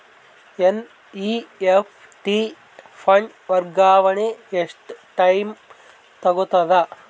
NEFT fund ವರ್ಗಾವಣೆ ಎಷ್ಟ time ತೋಗೊತದ?